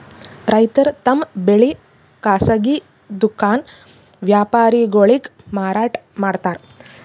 ರೈತರ್ ತಮ್ ಬೆಳಿ ಖಾಸಗಿ ದುಖಾನ್ ವ್ಯಾಪಾರಿಗೊಳಿಗ್ ಮಾರಾಟ್ ಮಾಡ್ತಾರ್